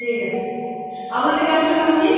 ঠিক আছে আপনাদের গ্রামটার নাম কি